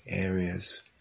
areas